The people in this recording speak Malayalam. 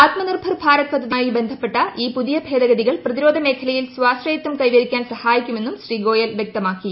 ആത്മ നിർഭർ ഭാരത് പദ്ധതിയുമായി ബന്ധപ്പെട്ട ഈ പുതിയ ഭേദഗതികൾ പ്രതിരോധ മേഖലയിൽ സ്വാശ്രയത്വം കൈവരിക്കാൻ സഹായിക്കുമെന്നും ശ്രീ ഗോയൽ വൃക്തമാക്കി